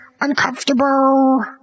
uncomfortable